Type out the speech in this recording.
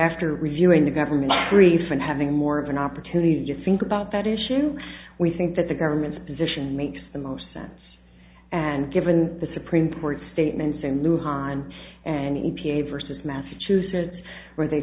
after reviewing the government brief and having more of an opportunity to just think about that issue we think that the government's position makes the most sense and given the supreme court's statements a move on an e p a versus massachusetts where they